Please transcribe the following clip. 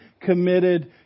committed